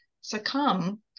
succumb